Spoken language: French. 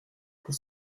pour